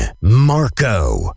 Marco